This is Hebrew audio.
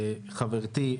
חברתי,